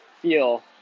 feel